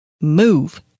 Move